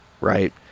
right